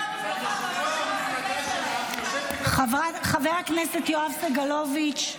יושב-ראש המפלגה שלך --- חבר הכנסת יואב סגלוביץ'.